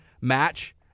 match